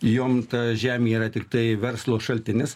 jom ta žemė yra tiktai verslo šaltinis